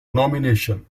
nomination